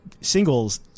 singles